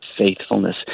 Faithfulness